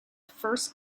first